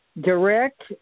direct